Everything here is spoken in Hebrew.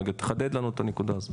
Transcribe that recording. תחדד לנו את הנקודה הזאת.